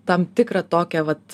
tam tikrą tokią vat